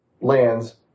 lands